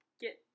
get